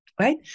right